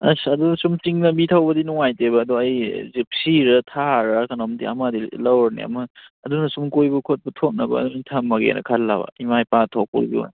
ꯑꯁ ꯑꯗꯨ ꯁꯨꯝ ꯆꯤꯡ ꯂꯝꯕꯤ ꯊꯧꯕꯗꯤ ꯅꯨꯡꯉꯥꯏꯇꯦꯕ ꯑꯗꯣ ꯑꯩ ꯖꯤꯞꯁꯤꯔꯥ ꯊꯥꯔꯔꯥ ꯀꯩꯅꯣꯝꯗꯤ ꯑꯃꯗꯤ ꯂꯧꯔꯅꯤ ꯑꯃ ꯑꯗꯨꯅ ꯁꯨꯝ ꯀꯣꯏꯕ ꯈꯣꯠꯄ ꯊꯧꯅꯕ ꯊꯝꯃꯒꯦꯅꯥ ꯈꯜꯂꯕ ꯏꯃꯥ ꯏꯄꯥ ꯊꯣꯛꯄꯒꯤꯒ